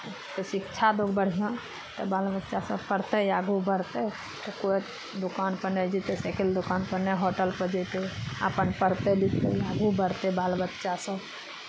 शिक्षा दहु बढ़िआँ तऽ बाल बच्चासभ पढ़तै आगू बढ़तै तऽ कोइ दोकानपर नहि जेतै साइकिल दोकानपर नहि होटलपर जेतै अपन पढ़तै लिखतै आगू बढ़तै बाल बच्चासभ